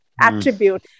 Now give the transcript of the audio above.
attribute